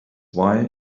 why